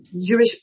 Jewish